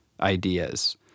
ideas